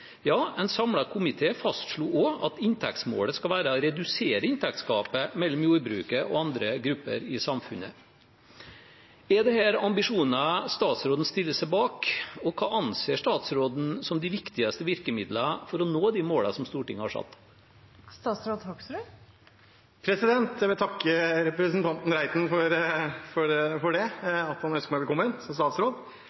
Ja, en samlet komité fastslo også at «inntektsmålet skal være å redusere inntektsgapet mellom jordbruket og andre grupper i samfunnet». Er dette ambisjoner statsråden stiller seg bak? Hvilke virkemidler anser statsråden som de viktigste for å nå de målene som Stortinget har satt? Jeg vil takke representanten Reiten for at han ønsker meg velkommen som statsråd. Det